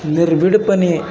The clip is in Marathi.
निर्भिडपणे